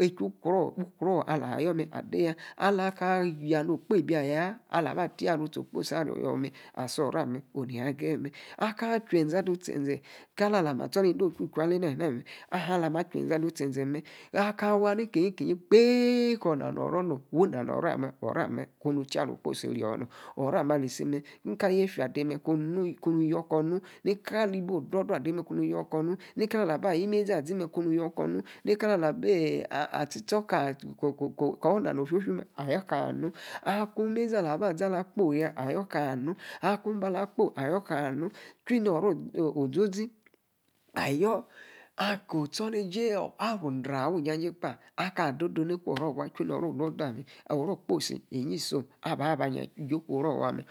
echen cruor ukruor ali awo ayor met ade ya. Alabi chii eehu wcruor ukruor ali awo a yor me’ ade ya alowor aya no’ kpeibi aya, alaba tia amitsi axior me. Asi oro ame onu neyi agayeme arcatchenze ado itsi enze, kala alami atsor incidotchuri uchu ale na ina me, ala mi achu enze dutsi ezeme, aka'wi akingi kingi kppi a nom. lalu na novo ame' Kor oro ame komu fsari okposilrior oro ame alisime, ikali okposia dey, kun yoox kor nu, ikali ibiona kpara kpra adei me, Kunu yoou Kor nu. ikalaa aba ayimeizi azime, konu yor kor nu kali awor aba tsi ts or koor ko ko ko (umintelligible) kor na no' ofofi me, ko nu yoor kor nu. Imezi alor aba zi ala' kposi ya, aya kaa nu akung iba la akposi ayour Kaa nu. Fi no’ oro ozozi ayoor kaa aki ochoneijoor arundra awimijajei kpa. Akaa'dode niokarofa, chui hi ora ok posi, oro okposi ingi isom aba ba anyi ajijo' oku orofa me'.